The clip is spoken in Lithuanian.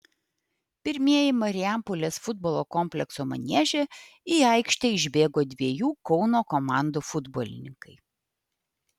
pirmieji marijampolės futbolo komplekso manieže į aikštę išbėgo dviejų kauno komandų futbolininkai